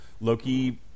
loki